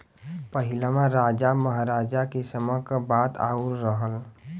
पहिलवा राजा महराजा के समय क बात आउर रहल